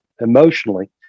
emotionally